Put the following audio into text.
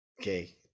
Okay